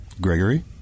Gregory